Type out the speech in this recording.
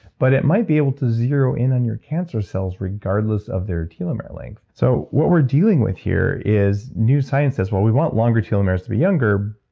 but it might be able to zero in on your cancer cells regardless of their telomere length. so what we're dealing with here is, new science says well, we want longer telomeres to be younger,